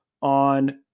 on